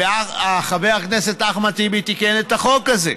וחבר הכנסת אחמד טיבי תיקן את החוק הזה.